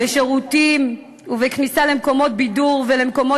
בשירותים ובכניסה למקומות בידור ולמקומות